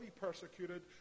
persecuted